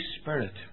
Spirit